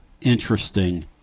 interesting